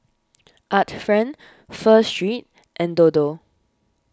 Art Friend Pho Street and Dodo